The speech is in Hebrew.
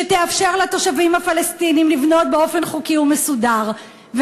שתאפשר לתושבים הפלסטינים לבנות באופן חוקי ומסודר.